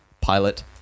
pilot